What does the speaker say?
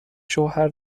شوهر